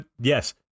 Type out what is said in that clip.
yes